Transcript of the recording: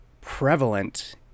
prevalent